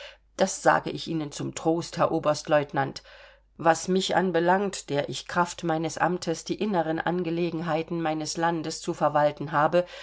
das sage ich ihnen zum trost herr oberstlieutenant was mich anbelangt der ich kraft meines amtes die inneren angelegenheiten meines landes zu verwalten habe